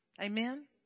Amen